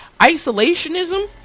Isolationism